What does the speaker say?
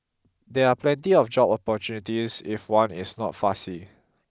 there are plenty of job opportunities if one is not fussy